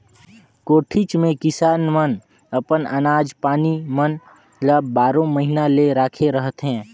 कोठीच मे किसान मन अपन अनाज पानी मन ल बारो महिना ले राखे रहथे